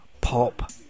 pop